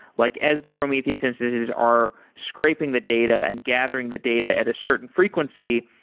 like as the prometheus instances are scraping the data and gathering the data at a certain frequency,